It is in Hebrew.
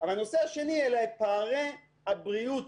הנושא השני הוא פערי הבריאות